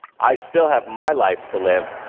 i still have my life to live,